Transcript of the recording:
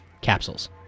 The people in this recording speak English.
capsules